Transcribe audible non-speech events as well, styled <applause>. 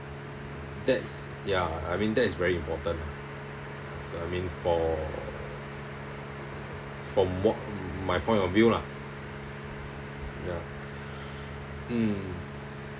that's ya I mean that is very important lah to I mean for for more my point of view lah ya <breath> mm